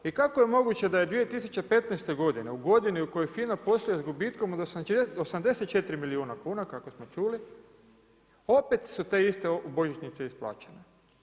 I kako je moguće da je 2015. godine u godini u kojoj FINA posluje sa gubitkom od 84 milijuna kuna kako smo čuli opet su te iste božićnice isplaćene.